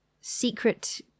secret